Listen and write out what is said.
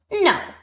No